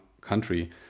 country